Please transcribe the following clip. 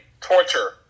torture